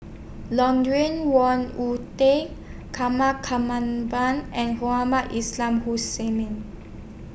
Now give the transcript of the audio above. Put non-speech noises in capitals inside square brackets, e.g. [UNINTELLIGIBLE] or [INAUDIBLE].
Lawrence Wong [UNINTELLIGIBLE] Tan [UNINTELLIGIBLE] and [UNINTELLIGIBLE] Hussain Mean